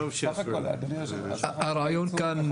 הרעיון כאן,